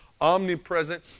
omnipresent